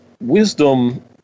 wisdom